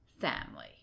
family